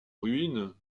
ruine